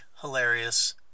hilarious